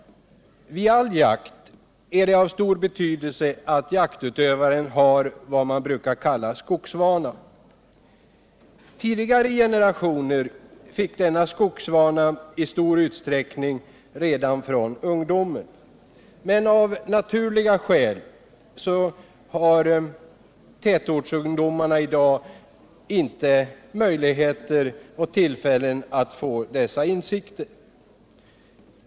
Vid all jakt är det av stor betydelse att jaktutövaren har vad man brukar kalla skogsvana. Tidigare generationer fick i stor utsträckning denna skogsvana redan i ungdomen, men av naturliga skäl har tätortsungdomarna i dag oftast inte möjligheter eller tillfälle att få dessa insikter.